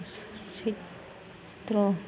Chaitra